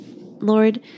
Lord